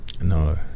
No